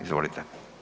Izvolite.